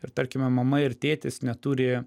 ir tarkime mama ir tėtis neturi